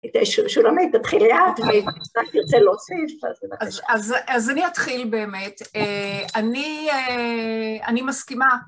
שולמית תתחיל לאט, אם תרצה להוסיף, אז תתחיל. אז אני אתחיל באמת, אני מסכימה.